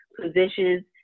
positions